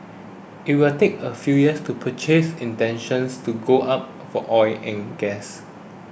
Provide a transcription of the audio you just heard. it will take a few years to purchase intentions to go up for oil and gas